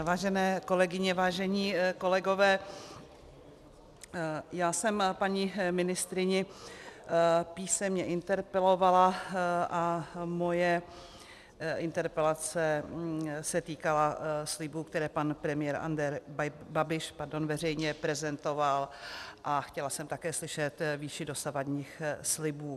Vážené kolegyně, vážení kolegové, já jsem paní ministryni písemně interpelovala a moje interpelace se týkala slibů, které pan premiér Andrej Babiš veřejně prezentoval, a chtěla jsem také slyšet výši dosavadních slibů.